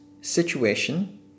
Situation